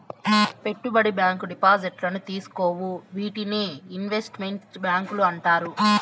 పెట్టుబడి బ్యాంకు డిపాజిట్లను తీసుకోవు వీటినే ఇన్వెస్ట్ మెంట్ బ్యాంకులు అంటారు